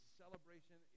celebration